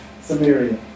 Samaria